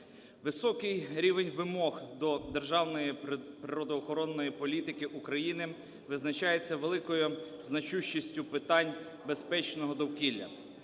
Високий рівень вимог до державної природоохоронної політики України визначається великою значущістю питань безпечного довкілля.